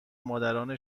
مادران